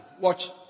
Watch